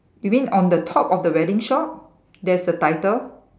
you mean on the top of the wedding shop there's a title